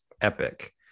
epic